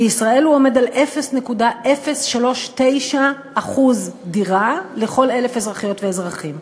בישראל הוא עומד על 0.039 דירה על כל 1,000 אזרחיות ואזרחים.